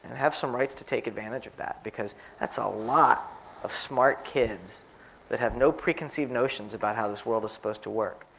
and have some rights to take advantage of that because that's a lot of smart kids that have no preconceived notions about how this world is supposed to work.